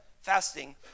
fasting